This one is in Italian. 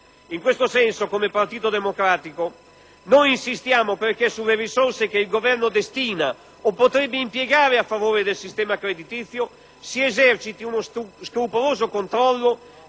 In questo senso, come Partito Democratico, noi insistiamo perché sulle risorse che il Governo destina o potrebbe impiegare a favore del sistema creditizio si eserciti uno scrupoloso controllo